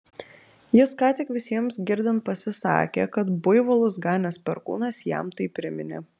jis ką tik visiems girdint pasisakė kad buivolus ganęs perkūnas jam tai priminė